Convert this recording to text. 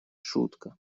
шутка